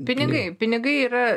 pinigai pinigai yra